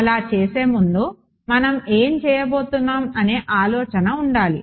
అలా చేసే ముందు మనం ఏం చేయబోతున్నాం అనే ఆలోచన ఉండాలి